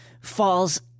falls